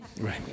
Right